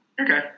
Okay